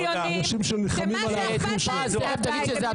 ציוניים ומה שאכפת להם זה הבית.